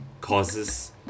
causes